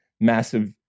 massive